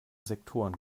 sektoren